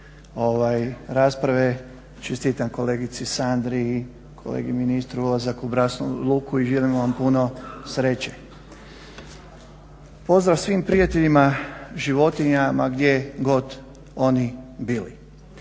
rasprave čestitam kolegici Sandri i kolegi ministru ulazak u bračnu luku i želimo vam puno sreće. Pozdrav svim prijateljima životinja ma gdje god oni bili.